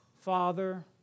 Father